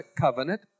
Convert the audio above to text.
covenant